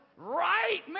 Right